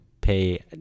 pay